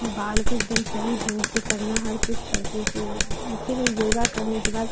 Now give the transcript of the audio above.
बाल को एक दम सही ढंग से करना हर कुछ करती हूँ फिर फिर योग करने के बाद